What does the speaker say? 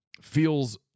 feels